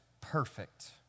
perfect